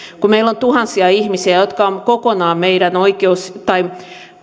kun meillä on tuhansia ihmisiä jotka ovat kokonaan tai